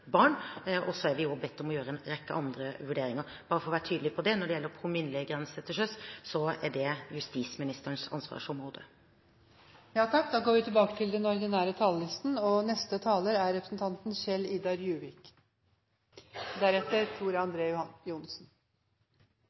barn, og så er vi også bedt om å foreta en rekke andre vurderinger. Bare for å være tydelig angående dette: Når det gjelder promillegrense til sjøs, er det justisministerens ansvarsområde.